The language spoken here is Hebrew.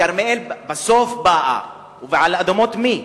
כרמיאל בסוף באה, ועל אדמות מי?